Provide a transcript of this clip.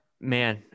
man